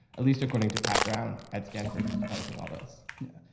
at least according to pat brown at stanford, who's developing all this yeah.